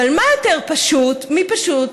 אבל מה יותר פשוט מפשוט